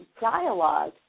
dialogue